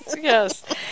Yes